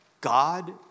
God